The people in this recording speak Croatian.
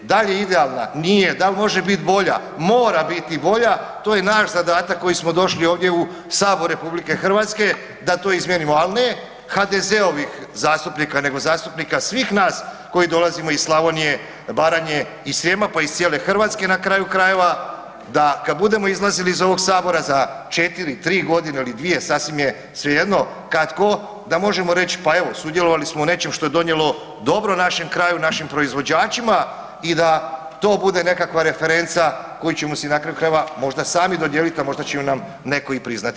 Da li je idealna, nije, da li može biti bolja, mora biti bolja, to je naš zadatak koji smo došli ovdje u Sabor RH da to izmijenimo, ali ne HDZ-ovih zastupnika nego zastupnika svih nas koji dolazimo iz Slavonije, Baranje i Srijema, pa iz cijele Hrvatske, na kraju krajeva, da kad budemo izlazili iz ovoga Sabora za 4, 3.g. ili 2 sasvim je svejedno kad ko da možemo reć pa evo sudjelovali smo u nečem što je donijelo dobro našem kraju i našim proizvođačima i da to bude nekakva referenca koju ćemo si na kraju krajeva možda sami dodijelit, a možda će ju nam netko i priznati.